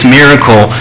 miracle